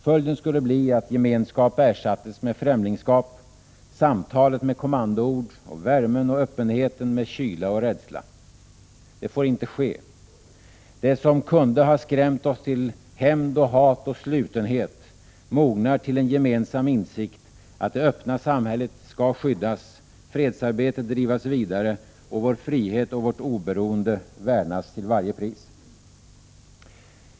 Följden skulle bli att gemenskap ersattes med främlingskap, samtalet med kommandoord och värmen och öppenheten med kyla och rädsla. Det får inte ske. Det som kunde ha skrämt oss till hämnd och hat och slutenhet mognar till en gemensam insikt om att det öppna samhället skall skyddas, fredsarbetet drivas vidare och vår frihet och vårt oberoende värnas till varje pris.